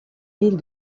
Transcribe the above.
ville